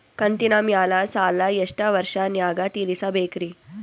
ಕಂತಿನ ಮ್ಯಾಲ ಸಾಲಾ ಎಷ್ಟ ವರ್ಷ ನ್ಯಾಗ ತೀರಸ ಬೇಕ್ರಿ?